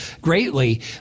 greatly